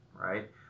right